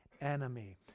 enemy